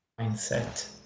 mindset